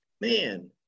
man